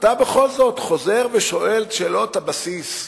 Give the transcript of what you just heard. ואתה בכל זאת חוזר ושואל את שאלות הבסיס,